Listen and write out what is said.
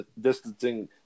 distancing